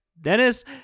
Dennis